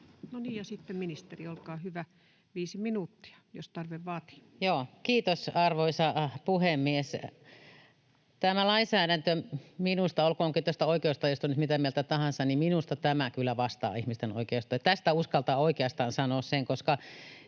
No niin. — Ja sitten ministeri, olkaa hyvä, viisi minuuttia, jos tarve vaatii. Kiitos, arvoisa puhemies! Minusta tämä lainsäädäntö, oltakoon nyt tästä oikeustajusta mitä mieltä tahansa, vastaa kyllä ihmisten oikeustajua, tästä uskaltaa oikeasti sanoa sen.